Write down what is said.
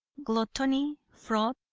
gluttony, fraud,